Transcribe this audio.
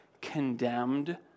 condemned